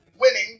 Winning